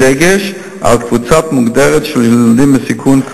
בדגש על קבוצה מוגדרת של ילדים בסיכון,